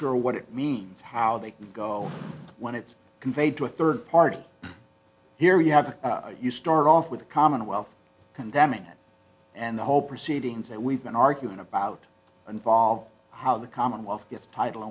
sure what it means how they can go when it's conveyed to a third party here you have you start off with a commonwealth condemning it and the whole proceedings that we've been arguing about involve how the commonwealth gets title